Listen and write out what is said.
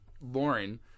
Lauren